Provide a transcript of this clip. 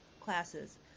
classes